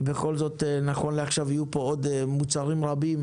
כי בכל זאת, נכון לעכשיו יהיו פה מוצרים רבים,